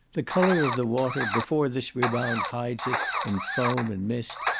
the colour of the water, before this rebound hides it in foam and mist,